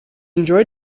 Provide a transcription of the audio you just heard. enjoyed